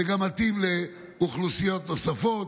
זה גם מתאים לאוכלוסיות נוספות,